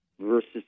versus